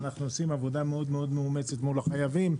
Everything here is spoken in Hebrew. אנחנו עושים עבודה מאוד מאוד מאומצת מול החייבים,